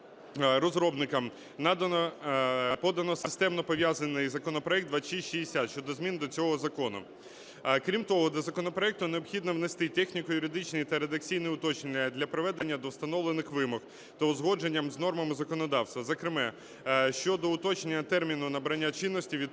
розробниками подано системно пов'язаний законопроект 2660 щодо змін до цього закону. Крім того, до законопроекту необхідно внести техніко-юридичні та редакційні уточнення для приведення до встановлених вимог та узгодження з нормами законодавства, зокрема щодо уточнення терміну набрання чинності